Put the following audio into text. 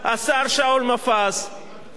היה עומד כאן והיה אומר: